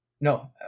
no